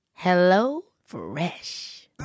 HelloFresh